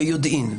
ביודעין,